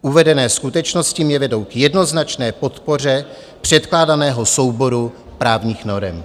Uvedené skutečnosti mě vedou k jednoznačné podpoře předkládaného souboru právních norem.